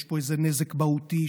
שיש פה איזה נזק מהותי,